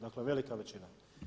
Dakle, velika većina.